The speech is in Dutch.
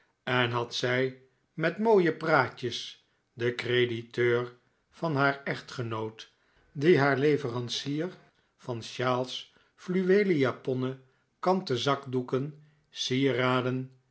en had zij met mooie praatjes den crediteur van haar echtgenoot die haar leverancier van sjaals fluweelen japonnen kanten zakdoeken sieraden